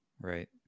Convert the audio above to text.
Right